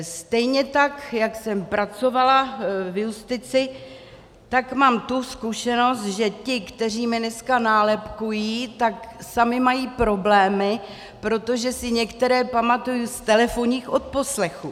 Stejně tak jak jsem pracovala v justici, tak mám tu zkušenost, že ti, kteří mě dneska nálepkují, tak sami mají problémy, protože si některé pamatuji z telefonních odposlechů.